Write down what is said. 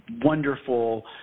wonderful